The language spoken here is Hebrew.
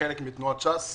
כחלק מתנועת ש"ס.